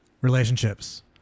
relationships